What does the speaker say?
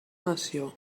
nació